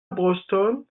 boston